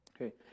Okay